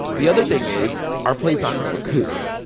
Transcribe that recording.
the other thing is our play's not going to recoup,